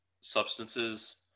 substances